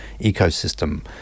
ecosystem